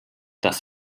das